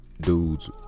dudes